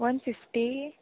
one fifty